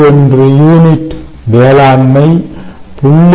1 unit வேளாண்மை 0